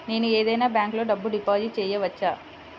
నేను ఏదైనా బ్యాంక్లో డబ్బు డిపాజిట్ చేయవచ్చా?